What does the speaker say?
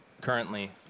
currently